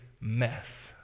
mess